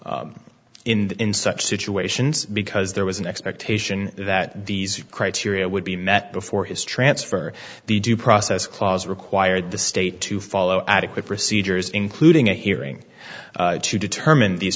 in such situations because there was an expectation that these criteria would be met before his transfer the due process clause required the state to follow adequate procedures including a hearing to determine these